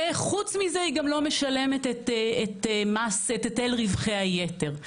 חוץ מזה היא גם לא משלמת את היטל רווחי היתר,